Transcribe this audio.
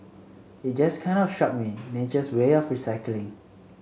it just kind of struck me nature's way of recycling